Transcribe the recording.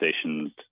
stations